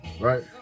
Right